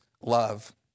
love